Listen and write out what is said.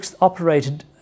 operated